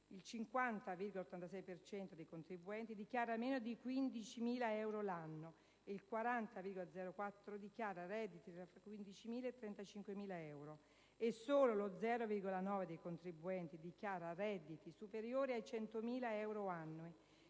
per cento dei contribuenti dichiara meno di 15.000 euro l'anno e il 40,04 per cento dichiara redditi tra 15.000 e 35.000 euro. E solo lo 0,9 per cento dei contribuenti dichiara redditi superiori ai 100.000 euro annui.